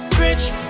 rich